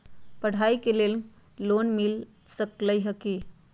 पढाई के लेल लोन मिल सकलई ह की?